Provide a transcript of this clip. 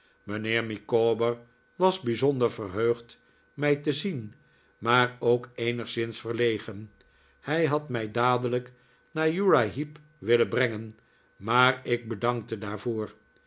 mijnheer micawber was bijzonder verheugd mij te zien maar ook eenigszins verlegen hij had mij dadelijk naar uriah heep willen brengen maar ik bedankte daarvoor